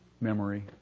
memory